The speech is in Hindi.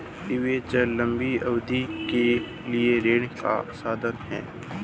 डिबेन्चर लंबी अवधि के लिए ऋण का साधन है